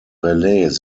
relais